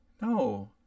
No